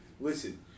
listen